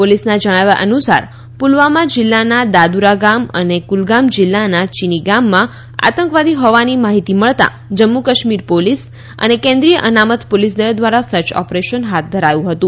પોલીસના જણાવ્યા અનુસાર પુલવામા જિલ્લાના દાદૂરા ગામ અને કુલગામ જિલ્લાના ચીનીગામમાં આતંકવાદી હોવાની માહિતી મળતા જમ્મુ કાશ્મીર પોલીસ અને કેન્દ્રિય અનામત પોલીસદળ દ્વારા સર્ચ ઓપરેશન હાથ ધરાયું હતું